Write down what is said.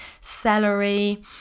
celery